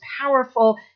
powerful